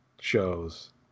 shows